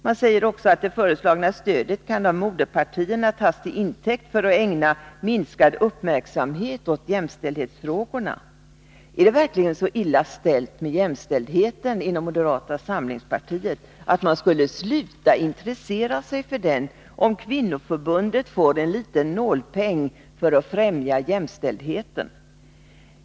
Man säger också: ”Det föreslagna stödet kan av moderpartierna tas till intäkt för att ägna minskad uppmärksamhet åt jämställdhetsfrågorna.” Är det verkligen så illa ställt med jämställdheten inom moderata samlingspartiet att man skulle sluta intressera sig för den, om kvinnoförbundet får en liten nålpeng för att främja jämställdheten?